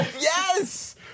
yes